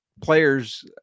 players